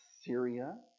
Syria